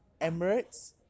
Emirates